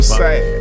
sad